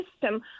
system